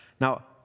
now